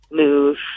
move